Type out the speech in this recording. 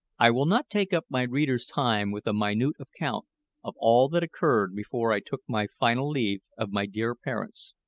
i will not take up my readers' time with a minute account of all that occurred before i took my final leave of my dear parents.